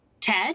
TED